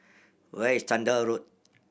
where is Chander Road